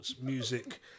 music